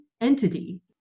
entity